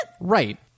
Right